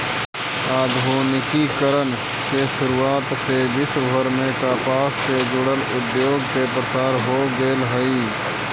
आधुनिकीकरण के शुरुआत से विश्वभर में कपास से जुड़ल उद्योग के प्रसार हो गेल हई